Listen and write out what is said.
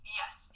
yes